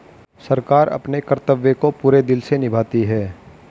सरकार अपने कर्तव्य को पूरे दिल से निभाती है